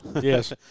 yes